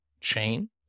chain